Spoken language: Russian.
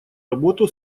работу